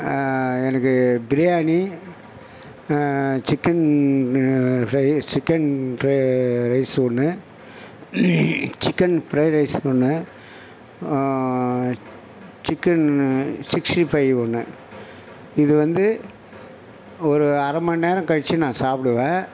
எனக்கு biryani chicken fry chicken tray rice ஒன்று chicken fried rice ஒன்று சிக்கன் சிக்ஸ்டி ஃபைவ் ஒன்று இது வந்து ஒரு அரை மணி நேரம் கழிச்சு நான் சாப்பிடுவேன்